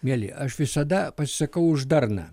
mieli aš visada pasisakau už darną